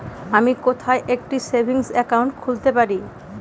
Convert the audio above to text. আমি কোথায় একটি সেভিংস অ্যাকাউন্ট খুলতে পারি?